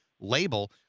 label